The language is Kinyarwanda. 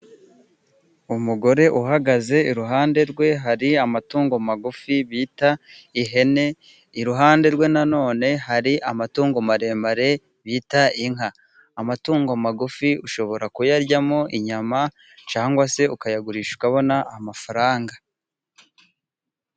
Umugore uhagaze iruhande rwe hari amatungo magufi bita ihene, iruhande rwe na none hari amatungo maremare bita inka. Amatungo magufi ushobora kuyaryamo inyama cyangwa se ukayagurisha ukabona amafaranga.